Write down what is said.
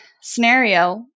scenario